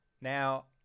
Now